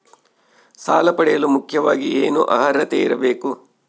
ಸಾಲ ಪಡೆಯಲು ಮುಖ್ಯವಾಗಿ ಏನು ಅರ್ಹತೆ ಇರಬೇಕು?